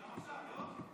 גם עכשיו, לא?